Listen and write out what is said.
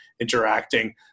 interacting